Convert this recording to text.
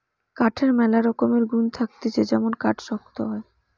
কাঠের ম্যালা রকমের গুন্ থাকতিছে যেমন কাঠ শক্ত হয়